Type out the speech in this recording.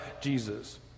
Jesus